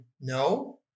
no